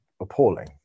appalling